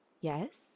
Yes